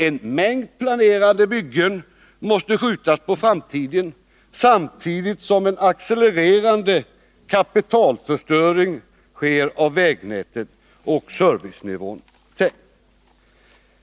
En mängd planerade byggen måste skjutas på framtiden, samtidigt som en accelererande kapitalförstöring sker av vägnätet och servicenivån.